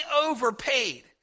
overpaid